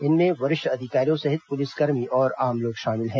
इनमें वरिष्ठ अधिकारियों सहित पुलिसकर्मी और आम लोग शामिल हैं